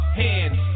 hands